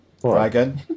Dragon